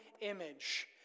image